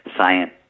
science